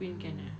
queen can ah